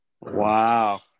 Wow